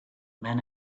men